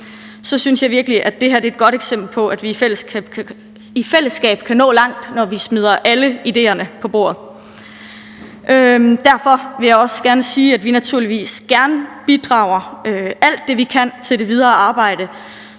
synes jeg virkelig at det her er et godt eksempel på, at vi i fællesskab kan nå langt, når vi smider alle idéerne på bordet. Derfor vil jeg også gerne sige, at vi naturligvis gerne bidrager alt det, vi kan, til det videre arbejde,